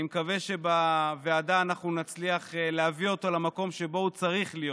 אני מקווה שבוועדה אנחנו נצליח להביא אותו למקום שבו הוא צריך להיות,